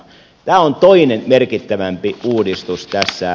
tämä on toinen merkittävämpi uudistus tässä